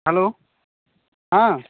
hello ହଁ